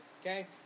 Okay